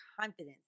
confidence